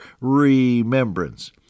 remembrance